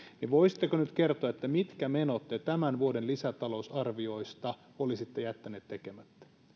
niin voisitteko nyt kertoa mitkä menot te tämän vuoden lisätalousarvioista olisitte jättäneet tekemättä